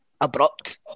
abrupt